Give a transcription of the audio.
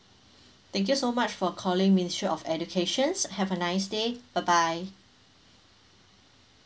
thank you so much for calling ministry of educations have a nice day bye bye